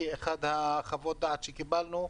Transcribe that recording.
כי אחת מחוות הדעת שקיבלנו,